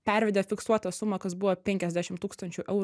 pervedė fiksuotą sumą kas buvo penkiasdešim tūkstančių eurų